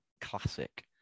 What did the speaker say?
classic